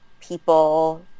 people